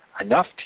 enough